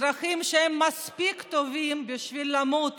אזרחים שהיו מספיק טובים בשביל למות